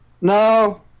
No